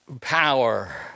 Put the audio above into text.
power